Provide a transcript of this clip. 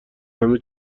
همه